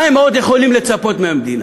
למה הם עוד יכולים לצפות מהמדינה,